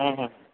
ହୁଁ ହୁଁ